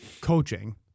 coaching